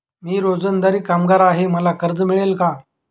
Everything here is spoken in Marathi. मी रोजंदारी कामगार आहे मला कर्ज मिळेल का?